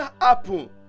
happen